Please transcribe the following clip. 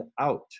out